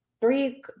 three